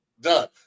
done